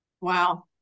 Wow